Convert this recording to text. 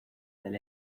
del